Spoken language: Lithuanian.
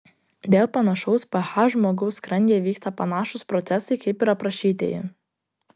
dėl panašaus ph žmogaus skrandyje vyksta panašūs procesai kaip ir aprašytieji